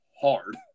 hard